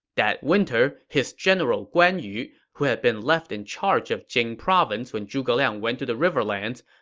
that winter, his general guan yu, who had been left in charge of jing province when zhuge liang went to the riverlands,